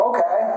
Okay